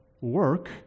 work